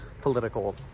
political